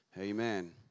Amen